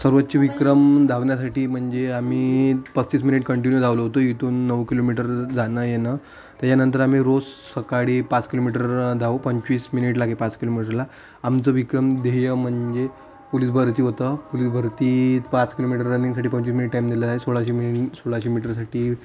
सर्वोच्च विक्रम धावण्यासाठी म्हणजे आम्ही पस्तीस मिनिट कंटिन्यू धावलो होतो इथून नऊ किलोमीटर जाणंयेणं त्याच्यानंतर आम्ही रोज सकाळी पाच किलोमीटर धावू पंचवीस मिनिट लागे पाच किलोमीटरला आमचं विक्रम ध्येय म्हणजे पोलीस भरती होतं पोलीस भरती पाच किलोमीटर रनिंगसाठी पंचवीस मिनिट टाईम दिलेला आहे सोळाशे मी सोळाशे मीटरसाठी